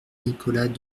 nicolas